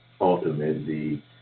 Ultimately